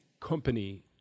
company